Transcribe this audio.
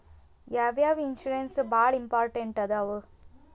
ಯಾವ್ಯಾವ ಇನ್ಶೂರೆನ್ಸ್ ಬಾಳ ಇಂಪಾರ್ಟೆಂಟ್ ಅದಾವ?